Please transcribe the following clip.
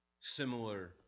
similar